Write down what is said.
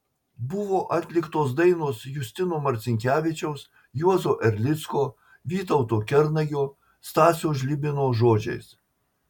buvo atliktos dainos justino marcinkevičiaus juozo erlicko vytauto kernagio stasio žlibino žodžiais